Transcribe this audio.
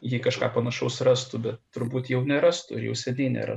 jei kažką panašaus rastų bet turbūt jau nerastų ir jau seniai nėra